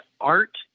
art